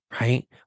right